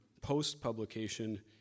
post-publication